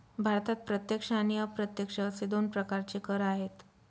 भारतात प्रत्यक्ष आणि अप्रत्यक्ष असे दोन प्रकारचे कर आहेत